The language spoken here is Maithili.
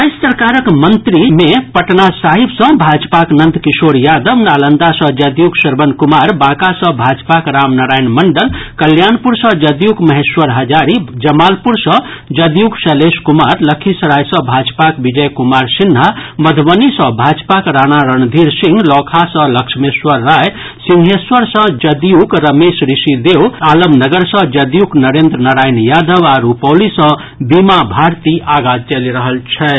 राज्य सरकारक मंत्री मे पटना साहिब सॅ भाजपाक नंद किशोर यादव नालंदा सॅ जदयूक श्रवण कुमार बांका सॅ भाजपाक राम नारायण मंडल कल्याणपुर सॅ जदयूक महेश्वर हजारी जमालपुर सॅ जदयूक शैलेश कुमार लखीसराय सॅ भाजपाक विजय कुमार सिन्हा मधुबनी सॅ भाजपाक राणा रणधीर सिंह लौकहा सॅ लक्ष्मेश्वर राय सिंहेश्वर सॅ जदयू रमेश ऋषिदेव आलमनगर सॅ जदयूक नरेन्द्र नारायण यादव आ रूपौली सॅ बीमा भारती आगां चलि रहल छथि